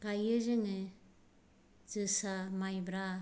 गायो जोङो जोसा मायब्रा